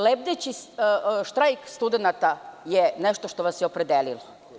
Lebdeći štrajk studenata je nešto što vas je opredelilo.